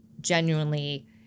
genuinely